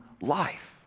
life